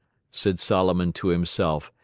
said solomon to himself,